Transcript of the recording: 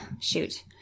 Shoot